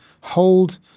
hold